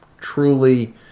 truly